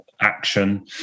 action